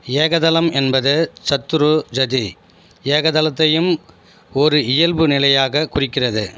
ஏகதலம் என்பது சத்ருஜதி ஏகதலத்தையும் ஒரு இயல்பு நிலையாக குறிக்கிறது